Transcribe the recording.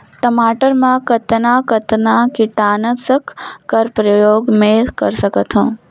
टमाटर म कतना कतना कीटनाशक कर प्रयोग मै कर सकथव?